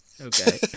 Okay